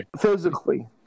physically